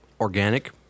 Organic